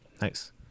Nice